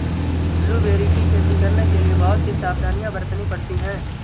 blueberry की खेती करने के लिए बहुत सी सावधानियां बरतनी पड़ती है